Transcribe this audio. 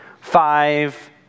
Five